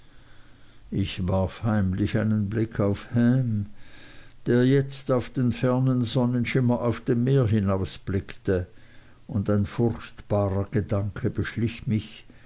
ich warf heimlich einen blick auf ham der jetzt auf den fernen sonnenschimmer auf dem meer hinausblickte und ein furchtbarer gedanke beschlich mich